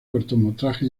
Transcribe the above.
cortometraje